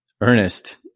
Ernest